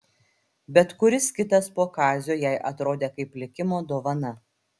bet kuris kitas po kazio jai atrodė kaip likimo dovana